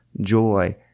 joy